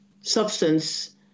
substance